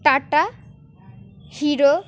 Tata hero